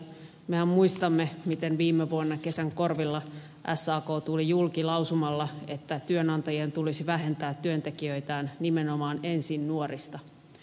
mehän muistamme miten viime vuonna kesän korvilla sak tuli julki lausumalla että työnantajien tulisi vähentää työntekijöitään nimenomaan ensin nuorista